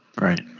Right